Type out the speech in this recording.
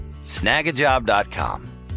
Snagajob.com